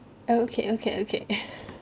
okay okay okay